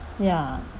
ya